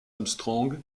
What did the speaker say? armstrong